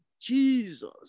Jesus